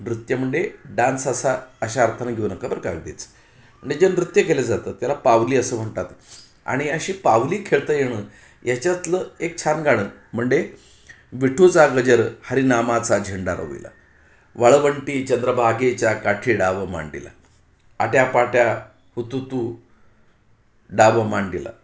नृत्य म्हंडे डान्स असा अशा अर्थानी घेऊन का बरं अगदीच म्हणजे जे नृत्य केले जातं त्याला पावली असं म्हणतात आणि अशी पावली खेळता येणं याच्यातलं एक छान गाणं म्हंडे विठूचा गजर हरिनामाचा झेंडा रोविला वाळवंटी चंद्रभागेच्या काठी डाव मांडीला आट्यापाट्या हुतुतू डाव मांडीला